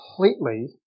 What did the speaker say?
completely